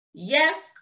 yes